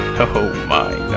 oh my,